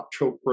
Chopra